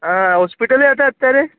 અં હોસ્પિટલે હતા અત્યારે